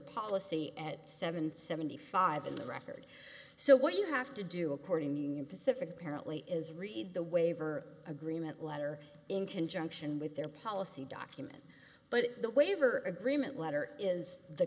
policy at seven seventy five in the record so what you have to do according to union pacific apparently is read the waiver agreement letter in conjunction with their policy document but the waiver agreement letter is the